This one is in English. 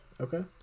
okay